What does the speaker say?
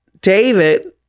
David